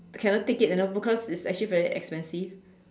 cannot take it anymore because it's actually very expensive